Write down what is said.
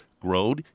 grown